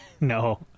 no